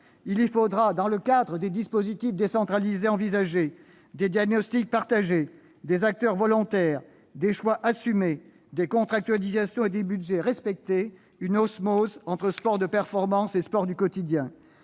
Il faudra, dans le cadre des dispositifs décentralisés envisagés, des diagnostics partagés, des acteurs volontaires, des choix assumés, des contractualisations et des budgets respectés, une osmose entre sport de performance et sport du quotidien.